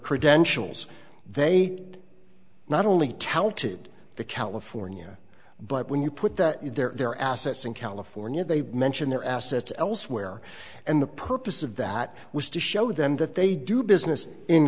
credentials they not only touted the california but when you put that in their assets in california they mentioned their assets elsewhere and the purpose of that was to show them that they do business in